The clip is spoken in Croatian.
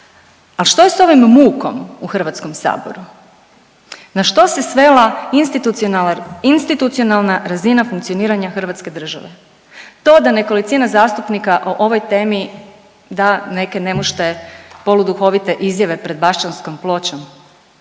Ali što je s ovim mukom u HS-u? Na što se svela institucionalna razina funkcioniranja hrvatske države? To da nekolicina zastupnika o ovoj temi da neke nemušte poluduhovite izjave pred Bašćanskom pločom?